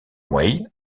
wei